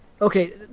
okay